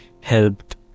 helped